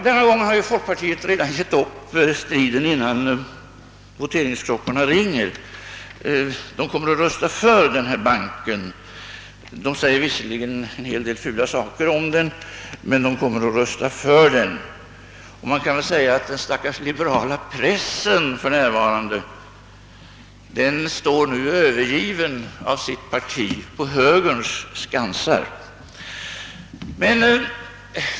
Denna gång har ju folkpartisterna givit upp striden redan innan voteringsklockorna ringer. De säger visserligen en hel del fula saker om denna bank, men de kommer att rösta för den. Man kan säga att den stackars liberala pressen för närvarande står övergiven av sitt parti på högerns skansar.